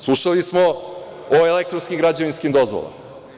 Slušali smo o elektronskim građevinskim dozvolama.